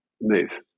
move